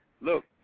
look